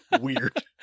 weird